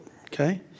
Okay